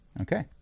Okay